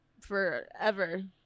forever